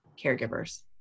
caregivers